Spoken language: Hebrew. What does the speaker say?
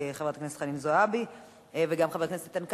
חנין זועבי וגם חבר הכנסת איתן כבל,